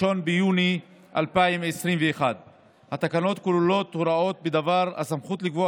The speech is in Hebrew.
ביוני 2021. התקנות כוללות הוראות בדבר הסמכות לקבוע